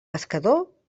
pescador